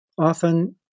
often